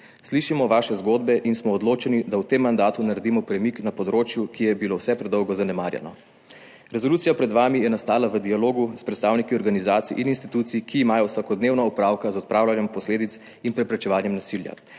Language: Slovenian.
Slišimo vaše zgodbe in smo odločeni, da v tem mandatu naredimo premik na področju, ki je bilo vse predolgo zanemarjeno. Resolucija pred vami je nastala v dialogu s predstavniki organizacij in institucij, ki imajo vsakodnevno opravka z odpravljanjem posledic in preprečevanjem nasilja.